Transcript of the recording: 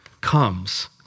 comes